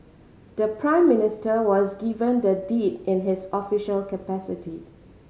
the Prime Minister was given the deed in his official capacity